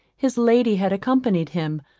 his lady had accompanied him,